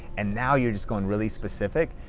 and now you're just going really specific.